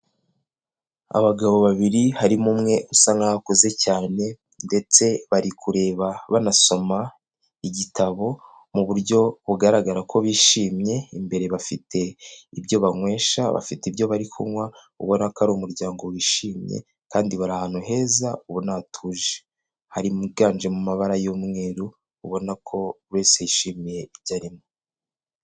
Abagabo babiri harimo umwe usa nk'aho akuze cyane ndetse bari kureba banasoma igitabo mu buryo bugaragara ko bishimye, imbere bafite ibyo banywesha, bafite ibyo bari kunywa ubona ko ari umuryango wishimye, kandi bari ahantu heza ubona hatuje, hari mwiganje mu mabara y'umweru ubona ko buri wese yishimiye ibyo arimo.